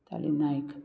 Chaitali Naik